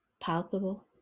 palpable